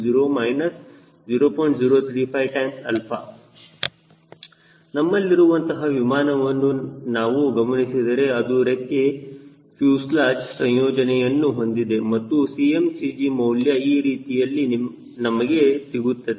035 ∗ 𝛼 ನಮ್ಮಲ್ಲಿರುವಂತಹ ವಿಮಾನವನ್ನು ನಾವು ಗಮನಿಸಿದರೆ ಅದು ರೆಕ್ಕೆ ಫ್ಯೂಸೆಲಾಜ್ಸಂಯೋಜನೆಯನ್ನು ಹೊಂದಿದೆ ಮತ್ತು Cmcg ಮೌಲ್ಯ ಈ ರೀತಿಯಲ್ಲಿ ನಮಗೆ ಸಿಗುತ್ತದೆ